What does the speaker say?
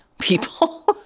people